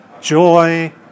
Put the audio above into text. Joy